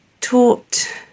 taught